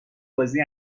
بازی